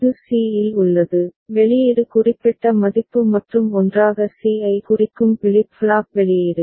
இது c இல் உள்ளது வெளியீடு குறிப்பிட்ட மதிப்பு மற்றும் ஒன்றாக c ஐ குறிக்கும் பிளிப் ஃப்ளாப் வெளியீடு